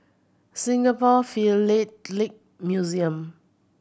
Singapore Philatelic Museum